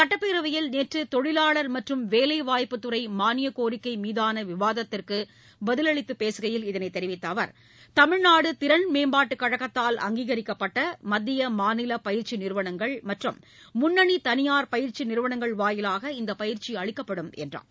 சட்டப்பேரவையில் நேற்றுதொழிவாளர் மற்றும் வேலைவாய்ப்புத்துறைமானியக்கோரிக்கைமீதானவிவாதத்திற்குபதிலளித்துப் பேசுகையில் இதனைத் தெரிவித்தஅவர் மேம்பாட்டுகழகத்தால் தமிழ்நாடுதிறன் அங்கீகரிக்கப்பட்டமத்திய மாநிலபயிற்சிநிறுவனங்கள் மற்றும் முன்னணிதனியார் பயிற்சிநிறுவனங்கள் வாயிலாக இந்தப் பயிற்சிஅளிக்கப்படும் என்றார்